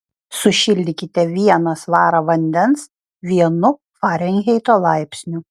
sušildykite vieną svarą vandens vienu farenheito laipsniu